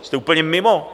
Vy jste úplně mimo.